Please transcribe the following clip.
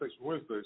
Wednesday